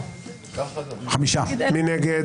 מי נגד?